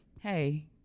Hey